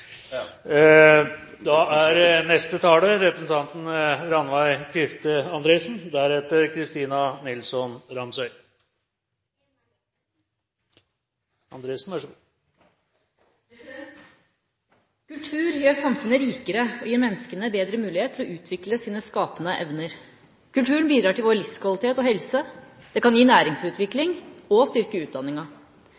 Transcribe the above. Representanten Olemic Thommessen har tatt opp de forslag han refererte til. Kultur gjør samfunnet rikere og gir menneskene bedre mulighet for å utvikle sine skapende evner. Kulturen bidrar til vår livskvalitet og helse, den kan gi